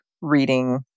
reading